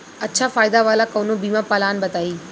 अच्छा फायदा वाला कवनो बीमा पलान बताईं?